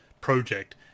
project